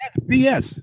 BS